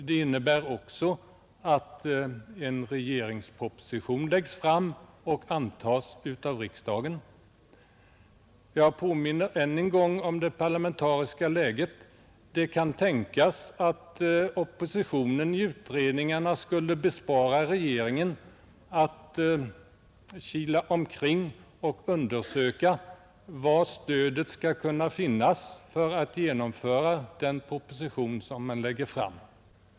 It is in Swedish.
Det innebär också att en regeringsproposition framläggs och antas av riksdagen. Jag påminner än en gång om det parlamentariska läget. Det kan tänkas att oppositionens deltagande i utredningen skulle bespara regeringen att behöva kila omkring och undersöka var stödet för ett genomförande av propositionen skall kunna vinnas.